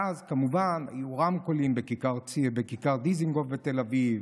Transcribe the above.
ואז כמובן היו רמקולים בכיכר דיזנגוף בתל אביב